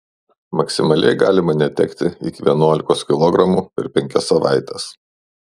maksimaliai galima netekti iki vienuolikos kilogramų per penkias savaites